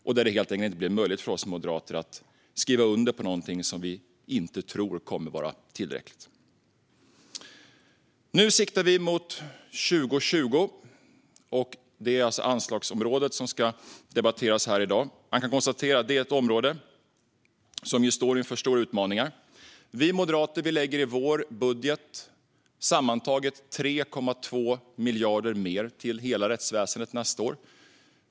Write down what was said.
Det blev helt enkelt inte möjligt för oss moderater att skriva under på någonting som vi inte tror kommer att vara tillräckligt. Nu siktar vi mot 2020. Det är anslagsområdet som ska debatteras här i dag. Man kan konstatera att det är ett område som står inför stora utmaningar. Vi moderater lägger i vår budget sammantaget 3,2 miljarder mer till hela rättsväsendet nästa år.